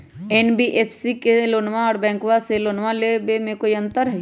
NBFC से लोनमा आर बैंकबा से लोनमा ले बे में कोइ अंतर?